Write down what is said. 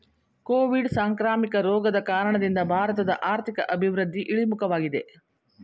Covid ಸಾಂಕ್ರಾಮಿಕ ರೋಗದ ಕಾರಣದಿಂದ ಭಾರತದ ಆರ್ಥಿಕ ಅಭಿವೃದ್ಧಿ ಇಳಿಮುಖವಾಗಿದೆ